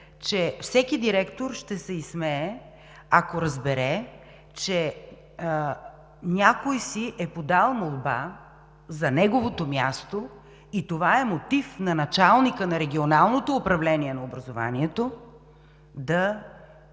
че всеки директор ще се изсмее, ако разбере, че някой си е подал молба за неговото място и това е мотив на началника на Регионалното управление на образованието да